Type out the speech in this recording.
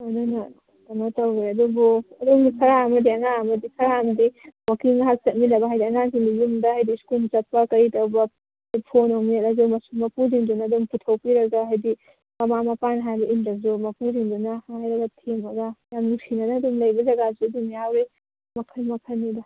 ꯑꯗꯨꯅ ꯀꯩꯅꯣ ꯇꯧꯈ꯭ꯔꯦ ꯑꯗꯨꯕꯨ ꯑꯗꯨꯝ ꯈꯔ ꯑꯃꯗꯤ ꯑꯉꯥꯡ ꯑꯃꯗꯤ ꯈꯔ ꯑꯃꯗꯤ ꯋꯥꯛꯀꯤꯡ ꯉꯥꯏꯍꯥꯛ ꯆꯠꯃꯤꯟꯅꯕ ꯍꯥꯏꯗꯤ ꯑꯉꯥꯡꯁꯤꯡꯅ ꯌꯨꯝꯗ ꯍꯥꯏꯗꯤ ꯁ꯭ꯀꯨꯜ ꯆꯠꯄ ꯀꯔꯤ ꯇꯧꯕ ꯐꯣꯟ ꯅꯨꯡ ꯃꯦꯠꯂꯁꯨ ꯃꯄꯨꯁꯤꯡꯗꯨꯅ ꯑꯗꯨꯝ ꯄꯨꯊꯣꯛꯄꯤꯔꯒ ꯍꯥꯏꯕꯗꯤ ꯃꯃꯥ ꯃꯄꯥꯅ ꯍꯥꯏꯕ ꯏꯟꯗ꯭ꯔꯁꯨ ꯃꯄꯨꯁꯤꯡꯗꯨꯅ ꯍꯥꯏꯔꯒ ꯊꯦꯝꯃꯒ ꯌꯥꯝ ꯅꯨꯡꯁꯤꯅꯅ ꯑꯗꯨꯝ ꯂꯩꯕ ꯖꯒꯥꯁꯨ ꯑꯗꯨꯝ ꯌꯥꯎꯏ ꯃꯈꯜ ꯃꯈꯜꯅꯤꯗ